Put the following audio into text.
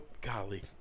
golly